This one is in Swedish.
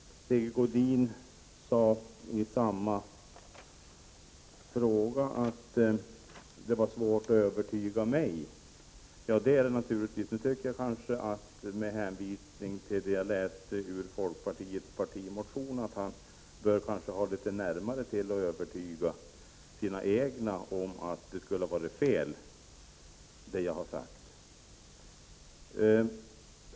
Sigge Godin sade i samma fråga att det var svårt att övertyga mig. Ja, det är det naturligtvis. Med hänvisning till det som jag läste upp ur folkpartiets partimotion bör det ligga litet närmare till för Sigge Godin att övertyga sina egna om att det som jag har sagt skulle vara fel.